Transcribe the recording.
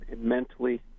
mentally